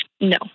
No